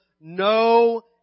no